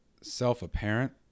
self-apparent